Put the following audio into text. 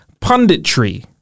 punditry